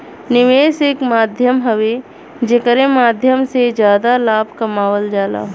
निवेश एक माध्यम हउवे जेकरे माध्यम से जादा लाभ कमावल जाला